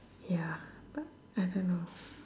ya but I don't know